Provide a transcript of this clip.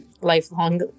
lifelong